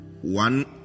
One